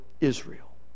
Israel